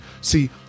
See